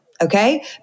Okay